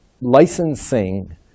licensing